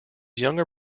younger